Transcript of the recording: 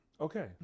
Okay